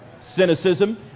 cynicism